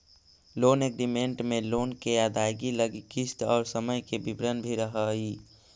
loan agreement में loan के अदायगी लगी किस्त और समय के विवरण भी रहऽ हई